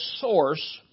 source